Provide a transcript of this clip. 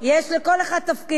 לכל אחד יש תפקיד.